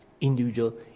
individual